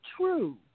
true